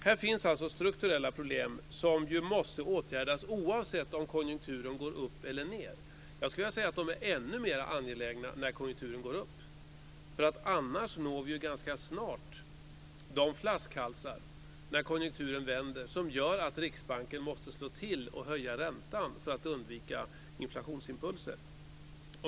Här finns alltså strukturella problem som måste åtgärdas oavsett om konjunkturen går upp eller ned. Jag skulle vilja säga att det är ännu mer angeläget när konjunkturen går upp. När konjunkturen vänder når vi annars ganska snart de flaskhalsar som gör att Riksbanken måste slå till och höja räntan för att undvika inflationsimpulser.